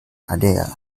adele